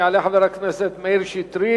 יעלה חבר הכנסת מאיר שטרית,